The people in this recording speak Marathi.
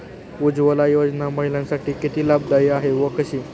उज्ज्वला योजना महिलांसाठी किती लाभदायी आहे व कशी?